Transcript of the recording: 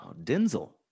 Denzel